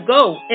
go